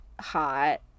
hot